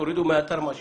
תורידו מהאתר את מה שיש.